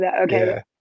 Okay